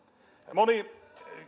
moni